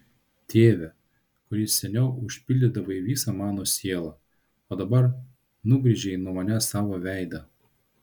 tėve kuris seniau užpildydavai visą mano sielą o dabar nugręžei nuo manęs savo veidą